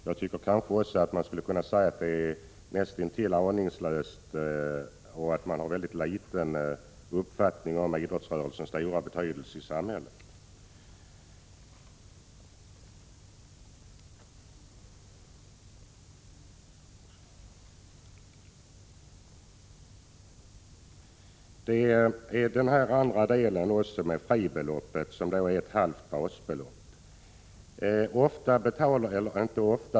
Jag tycker att man agerar näst intill aningslöst och att man har väldigt dåligt uppfattat vilken stor betydelse idrottsrörelsen har i samhället. Fribeloppet har satts till ett halvt basbelopp.